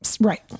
right